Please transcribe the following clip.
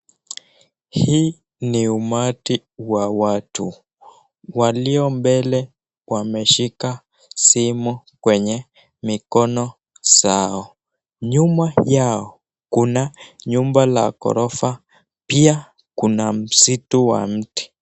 Hii ni umati wa watu walio mbele wameshika simu kwenye mikono zao. Nyuma yao kuna nyumba la gorofa, pia kuna msitu wa mti.